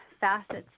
Facets